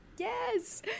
Yes